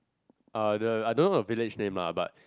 are the I don't know the village name lah but